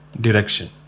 direction